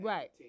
Right